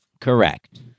Correct